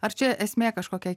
ar čia esmė kažkokia